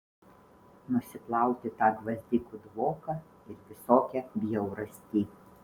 nusiplauti tą gvazdikų dvoką ir visokią bjaurastį